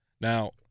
Now